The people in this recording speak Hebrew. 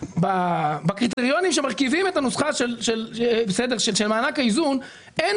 בקריטריונים שמרכיבים את הנוסחה של מענק האיזון אין